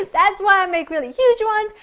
that's why i make really huge ones,